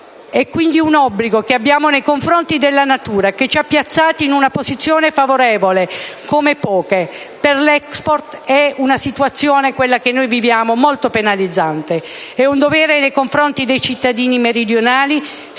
È un obbligo che abbiamo nei confronti della natura, che ci ha piazzati in una posizione favorevole come poche. Per l'*Export* la situazione che viviamo è molto penalizzante. È un dovere nei confronti dei cittadini meridionali,